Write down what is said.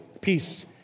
peace